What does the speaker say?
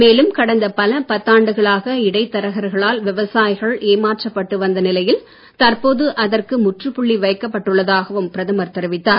மேலும் கடந்த பல பத்தாண்டுகளாக இடைத் தரகர்களால் விவசாயிகள் ஏமாற்றப்பட்டு வந்த நிலையில் தற்போது அதற்கு முற்றுப்புள்ளி வைக்கப்பட்டு உள்ளதாகவும் பிரதமர் தெரிவித்தார்